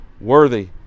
worthy